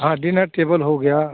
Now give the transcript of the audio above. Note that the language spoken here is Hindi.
हाँ डिनर टेबल हो गया